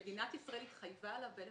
מדינת ישראל התחייבה עליו.